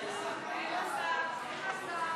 אין מסך.